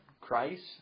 Christ